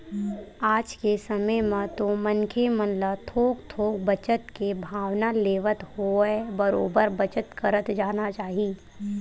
आज के समे म तो मनखे मन ल थोक थोक बचत के भावना लेवत होवय बरोबर बचत करत जाना चाही